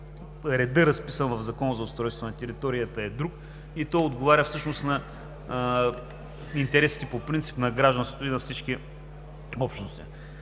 редът, записан в Закона за устройство на територията, е друг и той отговаря всъщност на интересите по принцип на гражданството и на всички общности.